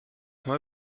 son